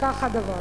כך הדבר?